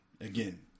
Again